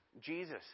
Jesus